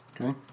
Okay